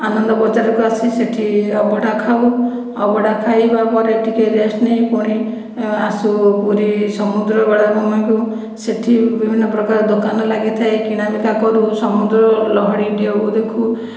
ଆନନ୍ଦ ବଜାରକୁ ଆସି ସେଠି ଅବଢ଼ା ଖାଉ ଅବଢ଼ା ଖାଇବା ପରେ ଟିକିଏ ରେଷ୍ଟ ନେଇ ପୁଣି ଆସୁ ପୁରୀ ସମୁଦ୍ର ବେଳାଭୂମିକୁ ସେଠି ବିଭିନ୍ନ ପ୍ରକାର ଦୋକାନ ଲାଗିଥାଏ କିଣାବିକା କରୁ ସମୁଦ୍ର ଲହଡ଼ି ଢେଉ ଦେଖୁ